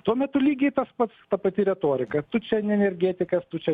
tuo metu lygiai tas pats ta pati retorika tu čia ne energetikas tu čia